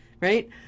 right